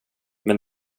men